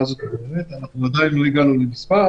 וספק רב בעיניי האם בסיטואציה הזאת בכלל התקיים הדבר